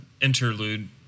interlude